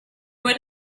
would